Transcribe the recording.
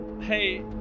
Hey